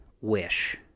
wish